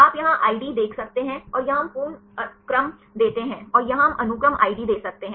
आप यहाँ आईडी देख सकते हैं और यहाँ हम पूर्ण क्रम देते हैं और यहाँ हम अनुक्रम आईडी दे सकते हैं